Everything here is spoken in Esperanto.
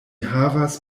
havas